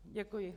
Děkuji.